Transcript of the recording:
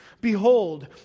Behold